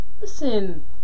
Listen